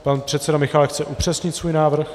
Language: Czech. Pan předseda Michálek chce upřesnit svůj návrh.